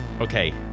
Okay